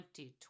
2020